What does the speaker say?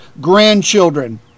grandchildren